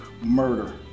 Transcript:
murder